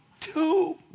Two